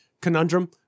conundrum